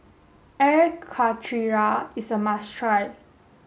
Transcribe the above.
Air Karthira is a must try